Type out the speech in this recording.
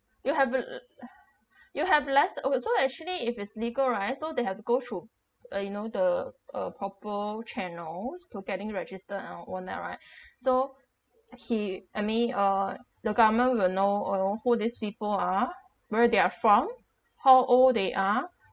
you have the you have the less oh so actually if it's legal right so they have to go through uh you know the uh proper channels to getting registered and all that right so he I mean uh the government will know you know who these people are where they are from how old they are